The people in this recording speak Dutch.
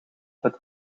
het